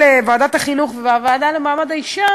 של ועדת החינוך והוועדה לקידום